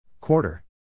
Quarter